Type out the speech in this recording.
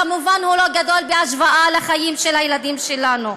כמובן, הוא לא גדול בהשוואה לחיים של הילדים שלנו.